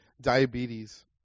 diabetes